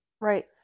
Right